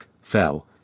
fell